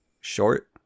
short